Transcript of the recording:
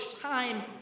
time